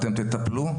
האם תטפלו?